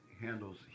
handles